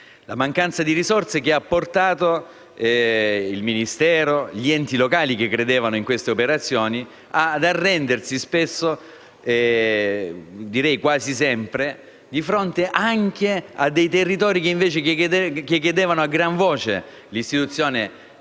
la mancanza di risorse, che ha portato il Ministero e gli enti locali, che credevano in queste operazioni, ad arrendersi spesso (direi quasi sempre) anche di fronte a territori che invece chiedevano a gran voce l'istituzione di